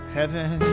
Heaven